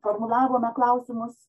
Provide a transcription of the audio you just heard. formulavome klausimus